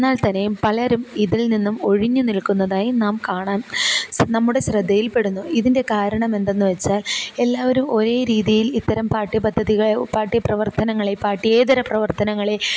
എന്നാൽ തന്നെയും പലരും ഇതിൽ നിന്നും ഒഴിഞ്ഞു നിൽക്കുന്നതായി നാം കാണാൻ നമ്മുടെ ശ്രദ്ധയിൽ പെടുന്നു ഇതിൻ്റെ കാരണമെന്തെന്ന് വച്ചാൽ എല്ലാവരും ഒരേ രീതിയിൽ ഇത്തരം പാഠ്യപദ്ധതികൾ പാഠ്യപ്രവർത്തനങ്ങളെ പഠ്യേതര പ്രവർത്തനങ്ങളെ